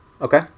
Okay